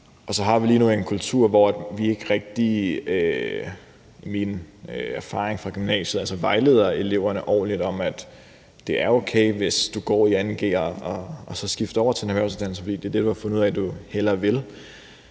Vi har lige nu en kultur, hvor vi ikke rigtig vejleder eleverne ordentligt, i forhold til at det er okay, hvis man går i 2. g og så skifter over til en erhvervsuddannelse, fordi det er det, man har fundet ud af man hellere vil.